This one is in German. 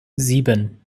sieben